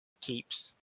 keeps